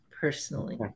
personally